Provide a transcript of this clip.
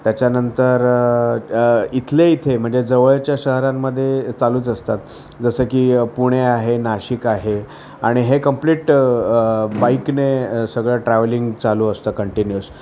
त्याच्यानंतर इथले इथे म्हणजे जवळच्या शहरांमध्ये चालूच असतात जसं की पुणे आहे नाशिक आहे आणि हे कंप्लीट बाईकने सगळं ट्रॅव्हलिंग चालू असतं कंटिन्यूअस